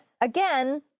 again